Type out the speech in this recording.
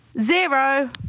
zero